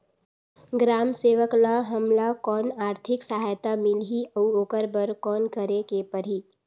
ग्राम सेवक ल हमला कौन आरथिक सहायता मिलही अउ ओकर बर कौन करे के परही?